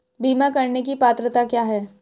बीमा करने की पात्रता क्या है?